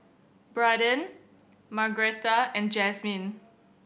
Braden Margretta and Jazmyn